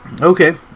Okay